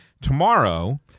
tomorrow